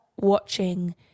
watching